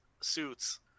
suits